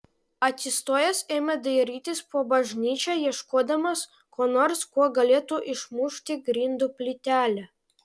atsistojęs ėmė dairytis po bažnyčią ieškodamas ko nors kuo galėtų išmušti grindų plytelę